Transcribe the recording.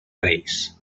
reis